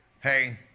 hey